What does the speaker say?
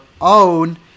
own